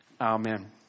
Amen